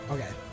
Okay